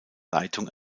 leitung